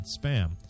spam